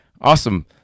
Awesome